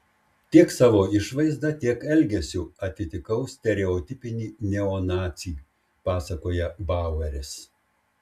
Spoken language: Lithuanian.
tiek savo išvaizda tiek elgesiu atitikau stereotipinį neonacį pasakoja baueris